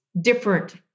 different